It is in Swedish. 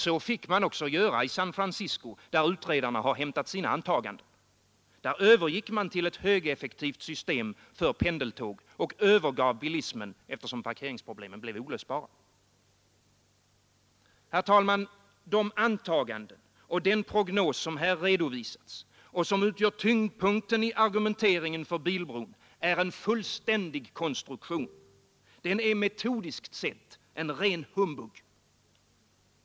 Så fick man också göra i San Francisco, där utredarna har hämtat sina antaganden. Där övergick man till ett högeffektivt system för pendeltåg och övergav bilismen, eftersom parkeringsproblemen blev olösbara. Herr talman! De antaganden och den prognos som här redovisats och som utgör tyngdpunkten i argumenteringen för bilbron är en fullständig konstruktion. Den är metodiskt sett en ren humbug.